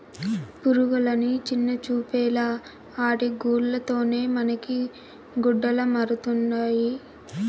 పురుగులని చిన్నచూపేలా ఆటి గూల్ల తోనే మనకి గుడ్డలమరుతండాయి